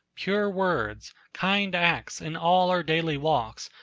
pure words, kind acts, in all our daily walks.